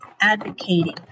advocating